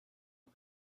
six